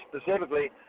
specifically